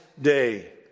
day